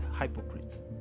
hypocrites